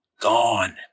Gone